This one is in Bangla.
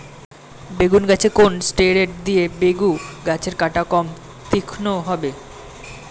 বেগুন গাছে কোন ষ্টেরয়েড দিলে বেগু গাছের কাঁটা কম তীক্ষ্ন হবে?